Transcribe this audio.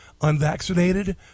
unvaccinated